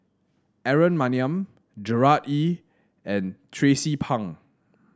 Aaron Maniam Gerard Ee and Tracie Pang